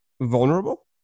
vulnerable